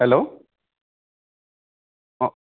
hello অঁ